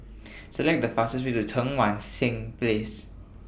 Select The fastest Way to Cheang Wan Seng Place